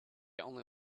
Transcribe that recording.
only